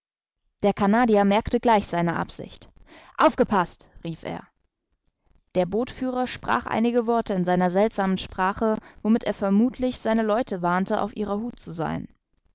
der canadier merkte gleich seine absicht aufgepaßt rief er der bootführer sprach einige worte in seiner seltsamen sprache womit er vermuthlich seine leute warnte auf ihrer hut zu sein